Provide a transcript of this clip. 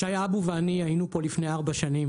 שי אבו ואני היינו פה לפני ארבע שנים